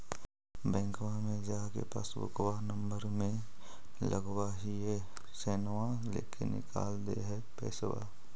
बैंकवा मे जा के पासबुकवा नम्बर मे लगवहिऐ सैनवा लेके निकाल दे है पैसवा?